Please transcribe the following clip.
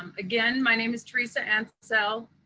um again, my name is theresa and so